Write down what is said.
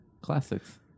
Classics